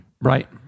Right